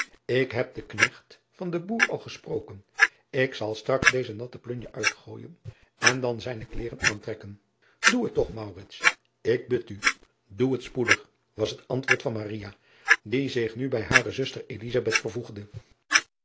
k heb den knecht van den boer al gesproken ik zal straks deze natte plunje uitgooijen en dan zijne kleêren aantrekken oe het toch ik bid u doe het spoedig was het antwoord van die zich nu bij hare zuster vervoegde